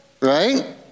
right